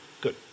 Good